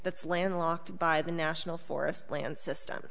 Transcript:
that's landlocked by the national forest land system